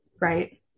right